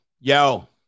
Yo